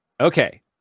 Okay